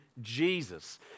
Jesus